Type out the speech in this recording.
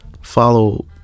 Follow